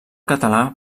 català